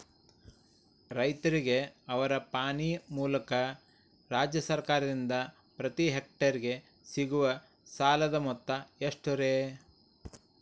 ರೈತರಿಗೆ ಅವರ ಪಾಣಿಯ ಮೂಲಕ ರಾಜ್ಯ ಸರ್ಕಾರದಿಂದ ಪ್ರತಿ ಹೆಕ್ಟರ್ ಗೆ ಸಿಗುವ ಸಾಲದ ಮೊತ್ತ ಎಷ್ಟು ರೇ?